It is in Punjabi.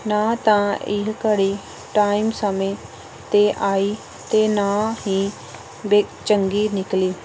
ਨਾ ਤਾਂ ਇਹ ਘੜੀ ਟਾਇਮ ਸਮੇਂ 'ਤੇ ਆਈ ਅਤੇ ਨਾ ਹੀ ਬੇ ਚੰਗੀ ਨਿਕਲੀ